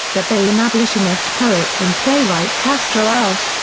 the bahian abolitionist poet and playwright castro alves,